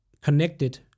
connected